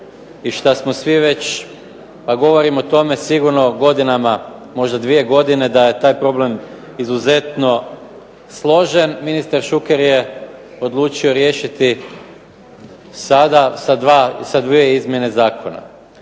i što smo svi već, pa govorim o tome sigurno godinama, možda dvije godine da je taj problem izuzetno složen, ministar Šuker je odlučio riješiti sada sa dvije izmjene zakona.